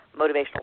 motivational